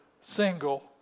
single